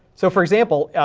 so for example,